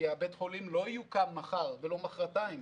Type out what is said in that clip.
כי בית החולים לא יוקם מחר ולא מחרתיים,